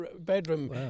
bedroom